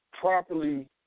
properly